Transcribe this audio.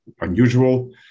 unusual